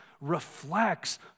reflects